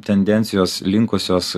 tendencijos linkusios